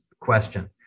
question